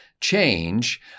change